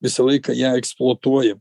visą laiką ją eksploatuojam